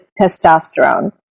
testosterone